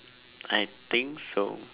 I think so